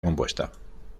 compuesta